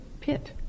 pit